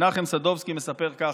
מנחם סדובסקי מספר ככה,